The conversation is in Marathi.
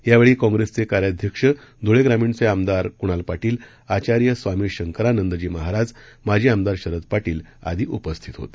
यावेळी कॉंप्रेसचे कार्याध्यक्ष धुळे ग्रामीणचे आमदार कुणाल पाटील आचार्य स्वामी शंकरानंदजी महाराज माजी आमदार शरद पाटील आदी उपस्थित होते